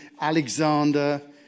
Alexander